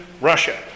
Russia